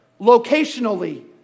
locationally